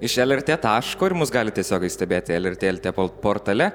iš lrt taško ir mus gali tiesiogiai stebėti lrt lt portale